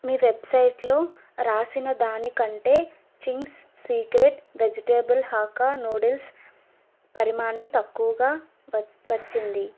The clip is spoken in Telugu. మీ వెబ్సైట్లో రాసిన దానికంటే Ching's secret vegetable hakka noodles పరిమాణం తక్కువగా వ వచ్చింది